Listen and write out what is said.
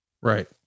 right